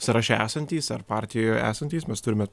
sąraše esantys ar partijoje esantys mes turime